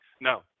No